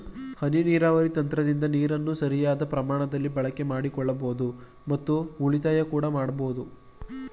ಹನಿ ನೀರಾವರಿ ತಂತ್ರದಿಂದ ನೀರನ್ನು ಸರಿಯಾದ ಪ್ರಮಾಣದಲ್ಲಿ ಬಳಕೆ ಮಾಡಿಕೊಳ್ಳಬೋದು ಮತ್ತು ಉಳಿತಾಯ ಕೂಡ ಮಾಡಬೋದು